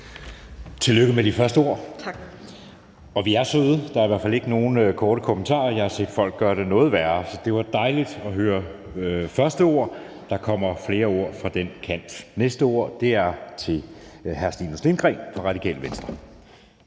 (Runa Friis Hansen (EL): Tak). Og vi er søde. Der er i hvert fald ikke nogen korte bemærkninger. Jeg har set folk gøre det noget værre. Det var dejligt at høre de første ord; der kommer flere ord fra den kant. Næste ord kommer fra hr. Stinus Lindgreen fra Radikale Venstre.